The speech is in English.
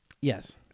Yes